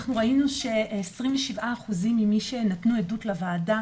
אנחנו ראינו ש-27% ממי שנתנו עדות לוועדה,